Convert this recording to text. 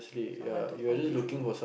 someone to complete you